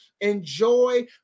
Enjoy